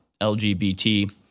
LGBT